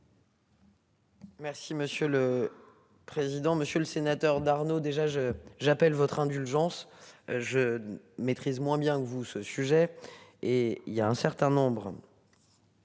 Merci monsieur le. Président Monsieur le sénateur d'Arnaud déjà je j'appelle votre indulgence. Je maîtrise moins bien que vous ce sujet et il y a un certain nombre.